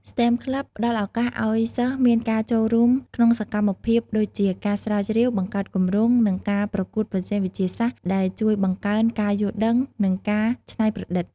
STEM Club ផ្តល់ឱកាសឲ្យសិស្សមានការចូលរួមក្នុងសកម្មភាពដូចជា ការស្រាវជ្រាវ បង្កើតគម្រោង និងការប្រកួតប្រជែងវិទ្យាសាស្ត្រ ដែលជួយបង្កើនការយល់ដឹង និងការច្នៃប្រឌិត។